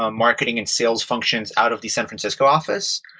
ah marketing and sales functions out of the san francisco office.